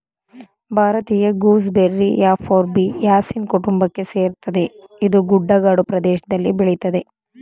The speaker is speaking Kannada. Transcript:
ಭಾರತೀಯ ಗೂಸ್ ಬೆರ್ರಿ ಯುಫೋರ್ಬಿಯಾಸಿಯ ಕುಟುಂಬಕ್ಕೆ ಸೇರ್ತದೆ ಇದು ಗುಡ್ಡಗಾಡು ಪ್ರದೇಷ್ದಲ್ಲಿ ಬೆಳಿತದೆ